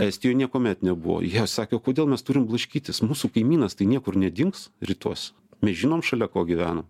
estijoj niekuomet nebuvo jie sakė kodėl mes turim blaškytis mūsų kaimynas tai niekur nedings rytuos mes žinom šalia ko gyvenam